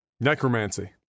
necromancy